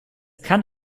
kann